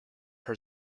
her